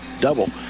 Double